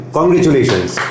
Congratulations